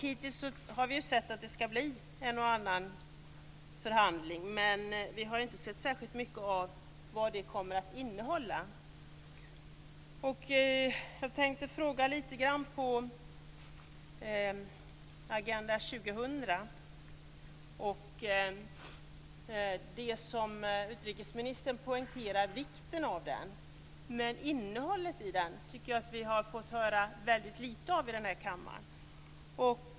Hittills har vi sett att det skall bli en och annan förhandling, men vi har inte sett särskilt mycket av vad det kommer att innehålla. Jag tänkte fråga om Agenda 2000. Utrikesministern poängterar vikten av den. Men innehållet i den tycker jag att vi har fått höra väldigt lite av i den här kammaren.